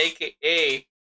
aka